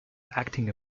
acting